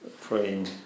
praying